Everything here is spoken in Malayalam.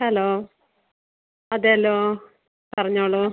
ഹലോ അതെലോ പറഞ്ഞോളൂ